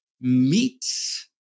meets